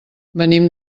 venim